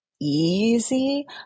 easy